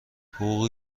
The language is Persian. حقوقی